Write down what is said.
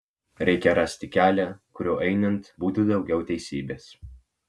reikia rasti kelią kuriuo einant būtų daugiau teisybės